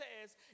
says